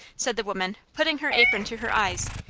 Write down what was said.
said the woman, putting her apron to her eyes.